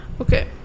okay